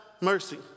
mercy